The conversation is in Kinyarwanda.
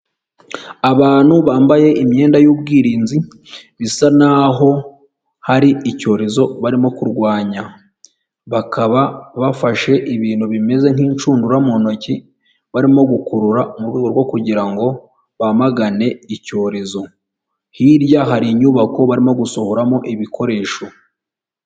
Abantu bambaye imyenda y'ubwirinzi bisa n'aho hari icyorezo barimo kurwanya, bakaba bafashe ibintu bimeze nk'inshundura mu ntoki barimo gukurura mu rwego rwo kugira ngo bamagane icyorezo, hirya hari inyubako barimo gusohoramo ibikoresho.